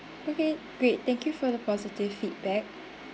okay great thank you for the positive feedback